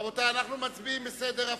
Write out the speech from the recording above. רבותי, אנחנו מצביעים בסדר הפוך.